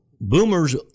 boomers